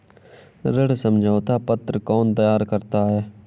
ऋण समझौता पत्र कौन तैयार करता है?